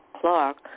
Clark